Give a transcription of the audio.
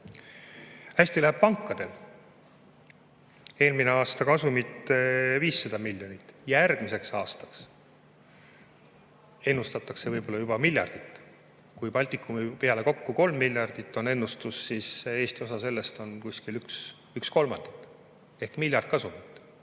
Hästi läheb pankadel. Eelmine aasta kasum 500 miljonit, järgmiseks aastaks ennustatakse juba miljardit. Kui Baltikumi peale kokku 3 miljardit on ennustus, siis Eesti osa sellest on kuskil üks kolmandik ehk miljard kasumit.